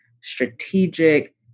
strategic